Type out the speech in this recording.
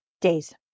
days